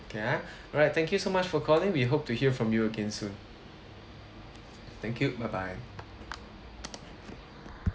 okay ah alright thank you so much for calling we hope to hear from you again soon thank you bye bye